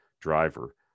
driver